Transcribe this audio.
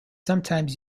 sometimes